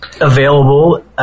available